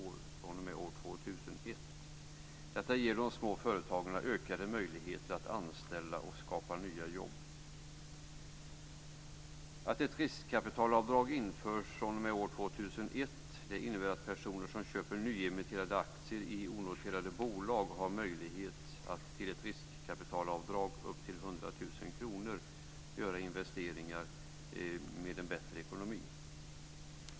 Detta ger de små företagen ökade möjligheter att anställa och skapa nya jobb. Ett riskkapitalavdrag införs fr.o.m. år 2001. Det innebär att personer som köper nyemitterade aktier i onoterade bolag har möjlighet att till ett riskkapitalavdrag upp till 100 000 kr göra investeringar med bättre ekonomi.